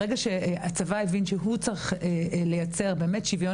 ברגע שהצבא הבין שהוא צריך לייצר שוויון